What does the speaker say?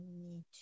need